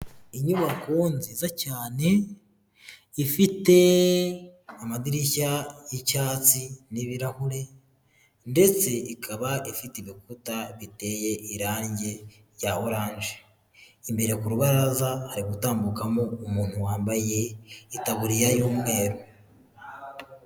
Inyubako nziza cyane ifite amadirishya y'icyatsi n'ibirahuri, ndetse ikaba ifite ibikuta biteye irangi rya oranje, imbere ku rubaraza hari gutambukamo umuntu wambaye itaburiya y'umweru.